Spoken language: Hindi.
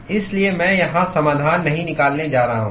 इसलिए मैं यहां समाधान नहीं निकालने जा रहा हूं